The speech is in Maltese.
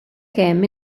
kemm